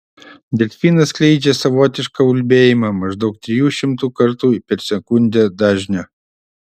delfinas skleidžia savotišką ulbėjimą maždaug trijų šimtų kartų per sekundę dažniu